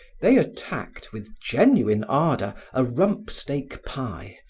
they attacked, with genuine ardor, a rumpsteak pie,